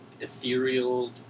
ethereal